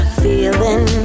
feeling